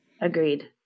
Agreed